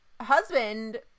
husband